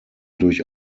durch